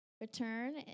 Return